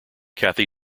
cathy